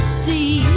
see